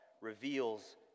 reveals